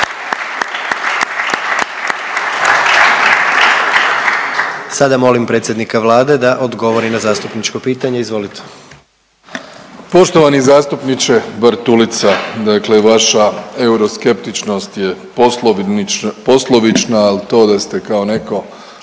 Sada molim predsjednika Vlade da odgovori na zastupničko pitanje, izvolite. **Plenković, Andrej (HDZ)** Poštovani zastupniče Bartulica, dakle vaša euroskeptičnost je poslovična, al to da ste kao neko